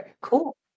cool